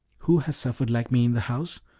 who has suffered like me in the house?